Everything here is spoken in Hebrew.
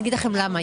אני אגיד לכם למה.